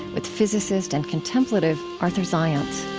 with physicist and contemplative arthur zajonc